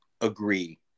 agree